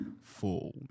Full